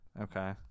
Okay